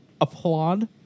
applaud